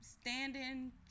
standing